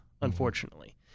unfortunately